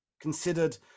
considered